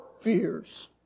fears